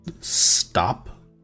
stop